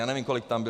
Nevím, kolik tam byl.